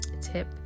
tip